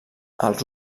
els